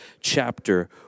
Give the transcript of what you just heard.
chapter